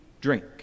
drink